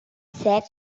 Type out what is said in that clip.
sec